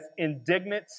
indignance